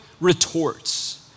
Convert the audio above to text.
retorts